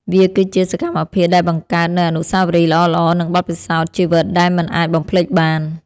វាគឺជាសកម្មភាពដែលបង្កើតនូវអនុស្សាវរីយ៍ល្អៗ និងបទពិសោធន៍ជីវិតដែលមិនអាចបំភ្លេចបាន។